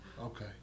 Okay